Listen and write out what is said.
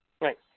Right